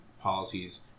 policies